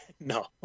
No